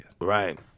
Right